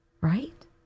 Right